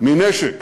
מנשק